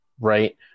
right